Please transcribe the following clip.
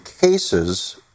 cases